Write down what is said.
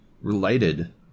related